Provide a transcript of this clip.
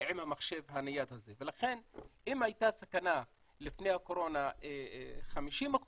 עם המחשב הנייד הזה ולכן אם הייתה סכנה לפני הקורונה של 50%,